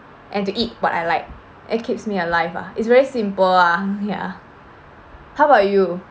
and to eat what I like it keeps me alive ah it's very simple ah ya how about you